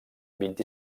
vint